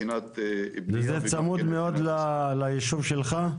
זה צמוד מאוד ליישוב שלך?